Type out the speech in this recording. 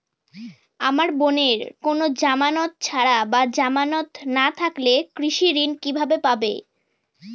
আমার বোনের কোন জামানত ছাড়া বা জামানত না থাকলে কৃষি ঋণ কিভাবে পাবে?